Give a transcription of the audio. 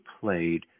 played